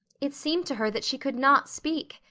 it seemed to her that she could not speak.